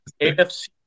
AFC